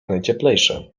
najcieplejsze